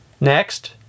Next